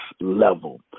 level